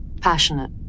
Passionate